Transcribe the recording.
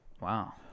Wow